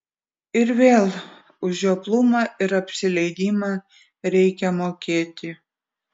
ir vėl už žioplumą ir apsileidimą reikia mokėti